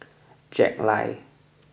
Jack Lai